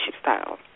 style